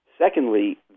Secondly